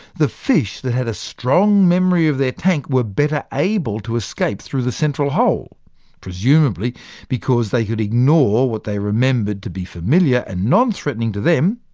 the fish that had a strong memory of their tank were better able to escape through the central hole presumably because they could ignore what they remembered to be familiar and non-threatening to them,